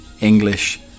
English